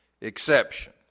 exception